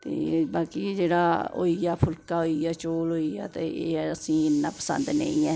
ते बाकी एह् जेह्का फुल्का होई गेआ चोल होई गेेआ एह् असेंगी इन्ना पसंद नेईं ऐ